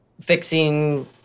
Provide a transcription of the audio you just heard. Fixing